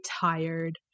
tired